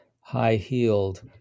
high-heeled